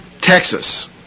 Texas